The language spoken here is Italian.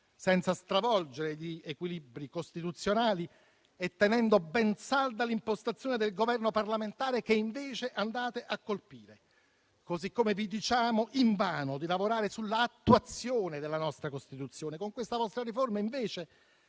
senza stravolgere gli equilibri costituzionali e tenendo ben salda l'impostazione del Governo parlamentare, che invece andate a colpire. Allo stesso modo, vi diciamo invano di lavorare sull'attuazione della nostra Costituzione. Con questa vostra riforma, invece,